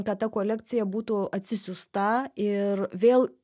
kad ta kolekcija būtų atsisiųsta ir vėl